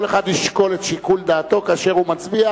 אחד ישקול את שיקול דעתו כאשר הוא מצביע.